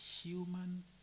human